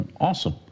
Awesome